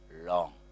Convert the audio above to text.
long